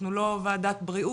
אנחנו לא ועדת בריאות,